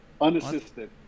unassisted